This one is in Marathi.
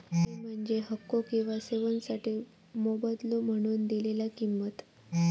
फी म्हणजे हक्को किंवा सेवोंसाठी मोबदलो म्हणून दिलेला किंमत